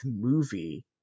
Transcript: movie